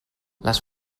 les